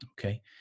Okay